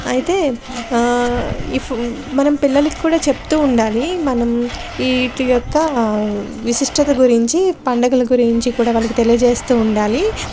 అయితే ఈ ఫో మనం పిల్లలకి కూడా చెప్తు ఉండాలి మనం వీటి యొక్క విశిష్టత గురించి పండుగల గురించి కూడా వాళ్ళకి తెలియచేస్తు ఉండాలి